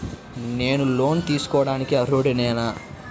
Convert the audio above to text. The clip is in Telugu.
నేను లోన్ తీసుకొనుటకు అర్హుడనేన?